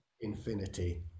infinity